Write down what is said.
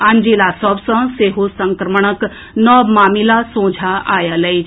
आन जिला सभ सँ सेहो संक्रमण के नव मामिला सोझा आएल अछि